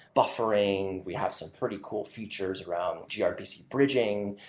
buffering, we have some pretty cool features around grpc bridging.